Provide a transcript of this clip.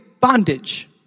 bondage